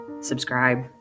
subscribe